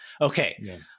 okay